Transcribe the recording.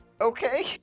Okay